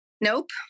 Nope